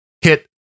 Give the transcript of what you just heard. hit